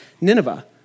Nineveh